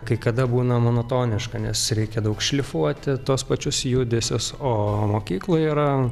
kai kada būna monotoniška nes reikia daug šlifuoti tuos pačius judesius o mokykloj yra